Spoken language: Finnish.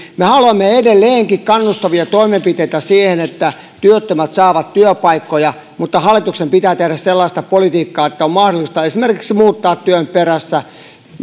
me haluamme edelleenkin kannustavia toimenpiteitä siihen että työttömät saavat työpaikkoja mutta hallituksen pitää tehdä sellaista politiikkaa että on mahdollista esimerkiksi muuttaa työn perässä